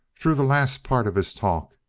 through the last part of his talk,